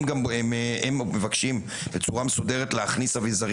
אם הם מבקשים בצורה מסודרת להכניס אביזרים